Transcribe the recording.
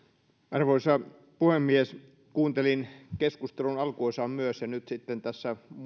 arvoisa puhemies kuuntelin keskustelun alkuosan myös ja nyt sitten